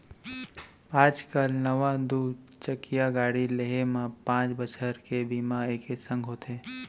आज काल नवा दू चकिया गाड़ी लेहे म पॉंच बछर के बीमा एके संग होथे